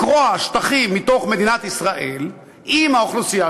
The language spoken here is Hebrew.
לקרוע שטחים מתוך מדינת ישראל עם האוכלוסייה